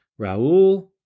Raul